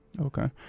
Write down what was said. Okay